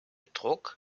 druck